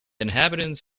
inhabitants